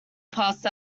passed